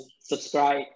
subscribe